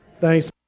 Thanks